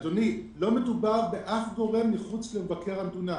אדוני, לא מדובר באף גורם מחוץ למשרד מבקר המדינה.